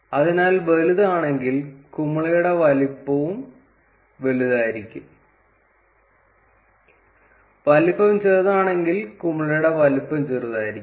അതിനാൽ വലുതാണെങ്കിൽ കുമിളയുടെ വലുപ്പം വലുതായിരിക്കും വലിപ്പം ചെറുതാണെങ്കിൽ കുമിളയുടെ വലുപ്പം ചെറുതായിരിക്കും